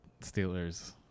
Steelers